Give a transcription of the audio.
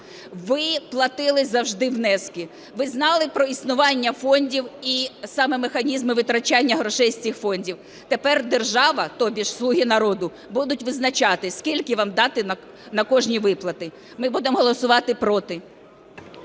Ви платили завжди внески, ви знали про існування фондів і саме механізми витрачання грошей з цих фондів. Тепер держава, то бишь "слуги народу" будуть визначати, скільки вам дати на кожні виплати. Ми будемо голосувати "проти".